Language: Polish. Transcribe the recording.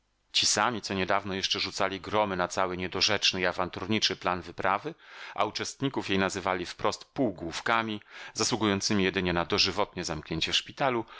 ci sami co niedawno jeszcze rzucali gromy na cały niedorzeczny i awanturniczy plan wyprawy a uczestników jej nazywali wprost półgłówkami zasługującymi jedynie na dożywotnie zamknięcie w szpitalu